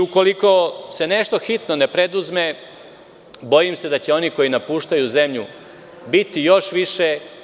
Ukoliko se nešto hitno ne preduzme, bojim se da će onih koji napuštaju zemlju biti još više.